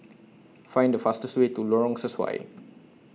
Find The fastest Way to Lorong Sesuai